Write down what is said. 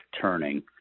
Turning